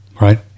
right